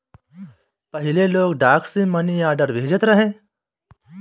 पहिले लोग डाक से मनीआर्डर भेजत रहे